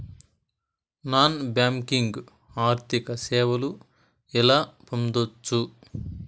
Non banking ఆర్థిక సేవలు ఎలా పొందొచ్చు?